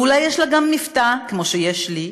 ואולי יש לה גם מבטא, כמו שיש לי,